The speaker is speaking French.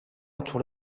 entoure